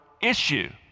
issue